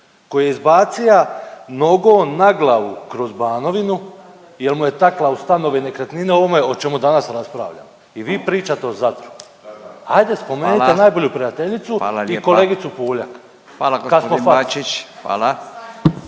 koji je izbacija nogon na glavu kroz Banovinu jer mu je takla u stanove i nekretnine, ovome o čemu danas raspravljamo i vi pričate o Zadru. Ajde, spomenite … .../Upadica: Hvala./... najbolju